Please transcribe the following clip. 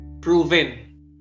proven